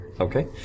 Okay